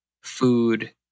food